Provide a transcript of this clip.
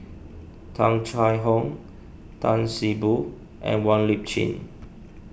Tung Chye Hong Tan See Boo and Wong Lip Chin